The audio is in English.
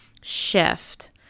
shift